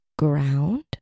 ground